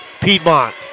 Piedmont